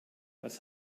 was